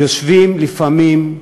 יושבים לפעמים,